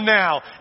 now